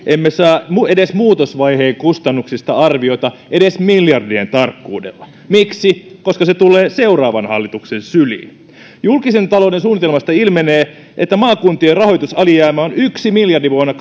emme saa edes muutosvaiheen kustannuksista arviota edes miljardien tarkkuudella miksi koska se tulee seuraavan hallituksen syliin julkisen talouden suunnitelmasta ilmenee että maakuntien rahoitusalijäämä on yksi miljardi vuonna